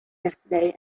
yesterday